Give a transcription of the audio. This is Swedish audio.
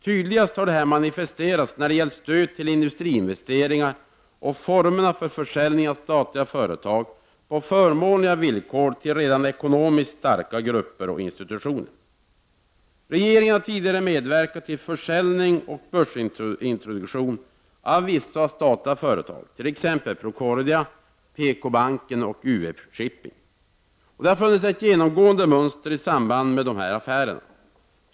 Tydligast har detta manifesterats när det gällt stöd till industriinvesteringar och formerna för försäljning av statliga företag på förmånliga villkor till redan ekonomiskt starka grupper och institutioner. Regeringen har tidigare medverkat till försäljning och börsintroduktion av vissa statliga företag, t.ex. Procordia, PKbanken och UV shipping. Det har funnits ett genomgående mönster i samband med dessa affärer.